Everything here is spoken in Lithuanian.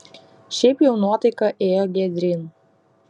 šiaip jau nuotaika ėjo giedryn